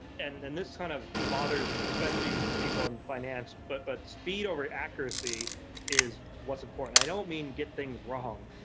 and and this kind of bothers especially people in financial, but but speed over accuracy is what's important. i don't mean get things wrong,